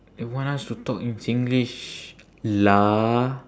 they want us to talk in singlish lah